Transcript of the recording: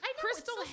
crystal